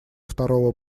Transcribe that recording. второго